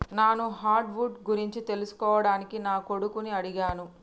నాను hard wood గురించి తెలుసుకోవడానికి నా కొడుకుని అడిగాను